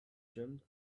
jump